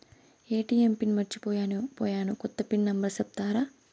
ATM pin మర్చిపోయాను పోయాను, కొత్త పిన్ నెంబర్ సెప్తారా?